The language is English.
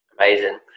Amazing